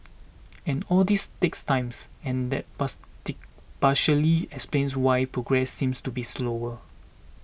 and all this takes time and that pass tick explains why progress seems to be slower